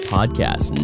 Podcast